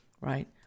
right